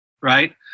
Right